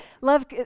love